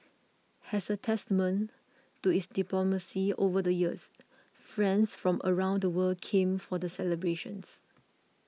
as a testament to its diplomacy over the years friends from around the world came for the celebrations